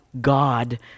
God